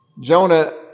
Jonah